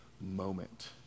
moment